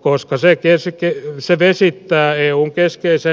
koska se vesittää eun keskeisen tavoitteen